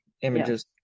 images